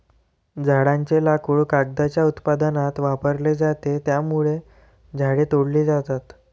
झाडांचे लाकूड कागदाच्या उत्पादनात वापरले जाते, त्यामुळे झाडे तोडली जातात